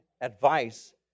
advice